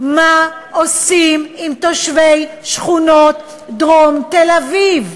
מה עושים עם תושבי שכונות דרום תל-אביב?